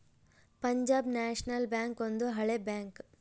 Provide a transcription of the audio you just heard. Punjab national bank ಒಂದು ಹಳೆ bank